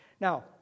Now